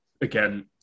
again